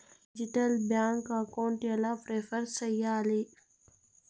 Digital bank account ఎలా prepare సెయ్యాలి?